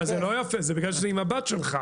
אז זה לא יפה, זה בגלל שזה עם הבת שלך.